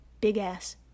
big-ass